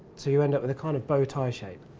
so you end up with a kind of bow-tie shape.